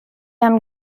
haben